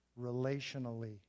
relationally